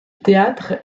théâtre